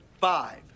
five